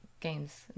games